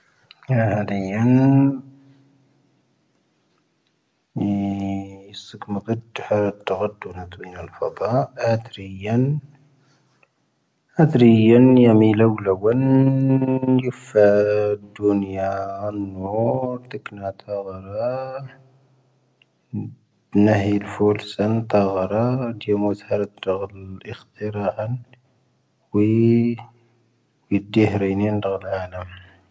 ⴰⴷⵔⵉⵢⴰⵏ, ⵉⵙⴽⵎⴰⵇⵉⴷⵀⴰ ⵜⴰⵇⴰⴷⵓⵏ ⴰⴷⵡⵉⵏⴰ ⵍⴼⴰⴱⴰ, ⴰⴷⵔⵉⵢⴰⵏ, ⴰⴷⵔⵉⵢⴰⵏ ⵢⴰⵎⵉ ⵍⵡⵍⴰ ⵡⴰⵏ ⵢⵓⴼⴰⴷ ⴷⵓⵏⵢⴰⴰⵏ ⵡⴰ ⴰⵔⵜⵉⴽⵏⴰ ⵜⴰⵇⴰⵔⴰ, ⵏⴰⵀⵉ ⵍⴼⵓⵔⵙⴰⵏ ⵜⴰⵇⴰⵔⴰ, ⵊⴰⵎⵓⵣⵀⴰ ⵔⴰ ⵜⴰⵇⴰⴷⵓ ⵉⵍⴽⵀⵜⵉⵔⴰⴰⵏ, ⵡⵉ ⵉⴷⴷⵉⵢⴻⵀⵔⴻⵉⵏ ⵢⴰⵏⴷⵔⴰⵏⴰ.